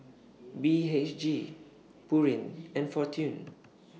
B H G Pureen and Fortune